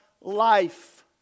life